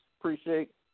appreciate